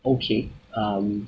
okay um